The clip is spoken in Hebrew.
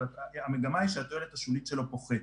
אבל המגמה היא שהתועלת השולית שלו פוחתת,